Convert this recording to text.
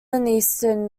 eastern